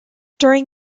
during